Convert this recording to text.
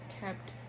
kept